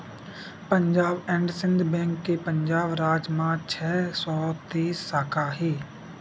Punjab and Sindh bank के पंजाब राज म छै सौ तेइस साखा हे